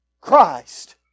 Christ